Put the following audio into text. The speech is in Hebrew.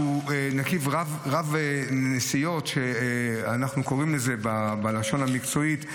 נתיב רב-נסיעות שאנחנו קוראים לו בלשון המקצועית,